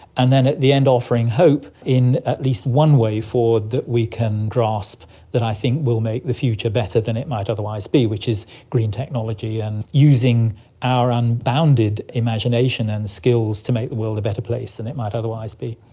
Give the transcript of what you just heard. and then at the end offering hope in at least one way forward that we can grasp that i think will make the future better than it might otherwise be, which is green technology and using our unbounded imagination and skills to make the world a better place than it might otherwise be.